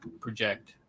project